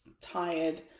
tired